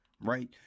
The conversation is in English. Right